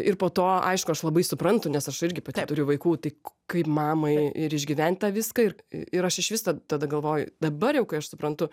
ir po to aišku aš labai suprantu nes aš irgi pati turiu vaikų tai kaip mamai ir išgyvent tą viską ir ir aš išvis ta tada galvoju dabar jau kai aš suprantu